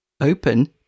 open